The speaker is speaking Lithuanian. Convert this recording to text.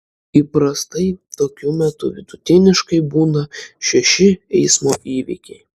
įprastai tokiu metu vidutiniškai būna šeši eismo įvykiai